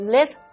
Live